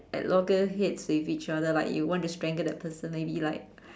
at loggerheads with each other like you want to strangle that person maybe like